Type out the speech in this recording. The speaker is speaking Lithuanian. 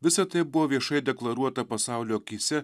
visa tai buvo viešai deklaruota pasaulio akyse